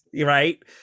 Right